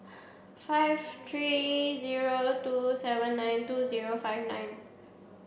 five three zero two seven nine two zero five nine